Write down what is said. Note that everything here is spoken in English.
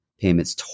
payments